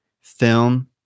film